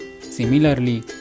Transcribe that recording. Similarly